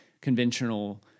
conventional